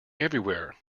everywhere